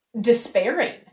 despairing